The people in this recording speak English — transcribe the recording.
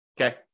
Okay